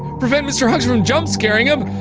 prevent mr hugs from jumpscaring him?